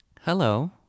Hello